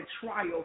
trial